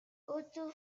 otto